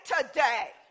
Today